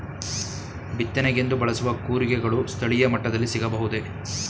ಬಿತ್ತನೆಗೆಂದು ಬಳಸುವ ಕೂರಿಗೆಗಳು ಸ್ಥಳೀಯ ಮಟ್ಟದಲ್ಲಿ ಸಿಗಬಹುದೇ?